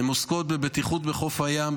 הן עוסקות בבטיחות בחוף הים,